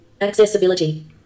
Accessibility